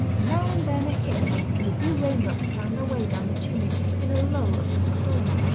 and now and then a hiss as a few raindrops found their way down the chimney in a lull of the storm.